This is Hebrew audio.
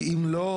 כי אם לא,